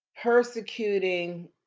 persecuting